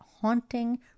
haunting